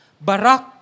Barak